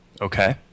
Okay